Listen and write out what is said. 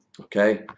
Okay